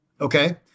okay